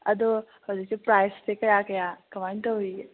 ꯑꯗꯣ ꯍꯧꯖꯤꯛꯁꯦ ꯄ꯭ꯔꯥꯏꯁ ꯀꯌꯥ ꯀꯌꯥ ꯀꯔꯃꯥꯏꯅ ꯇꯧꯔꯤꯒꯦ